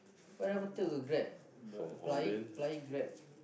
why never took a Grab applying applying Grab